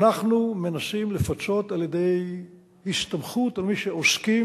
אנחנו מנסים לפצות על-ידי הסתמכות על מי שעוסקים